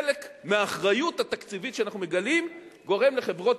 חלק מהאחריות התקציבית שאנחנו מגלים גורם לחברות